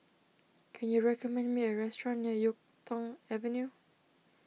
can you recommend me a restaurant near Yuk Tong Avenue